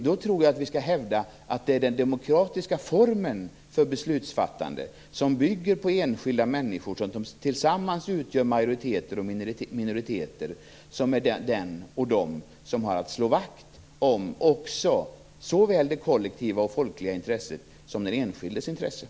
Då vill jag hävda att det är den demokratiska formen för beslutsfattande som bygger på enskilda människor som tillsammans utgör majoriteter och minoriteter som har att slå vakt om såväl det folkliga och kollektiva intresset som den enskildes intressen.